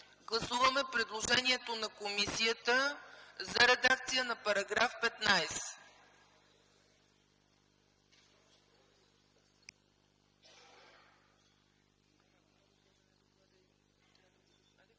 Гласуваме предложението на комисията за редакция на § 15.